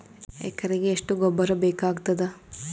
ಎಕರೆಗ ಎಷ್ಟು ಗೊಬ್ಬರ ಬೇಕಾಗತಾದ?